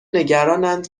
نگرانند